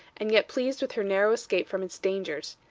and yet pleased with her narrow escape from its dangers.